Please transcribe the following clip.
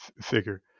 figure